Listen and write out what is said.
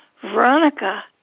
Veronica